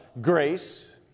grace